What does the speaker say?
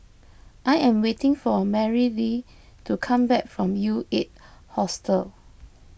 I am waiting for Marylee to come back from U eight Hostel